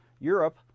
Europe